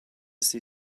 see